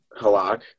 Halak